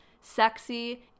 sexy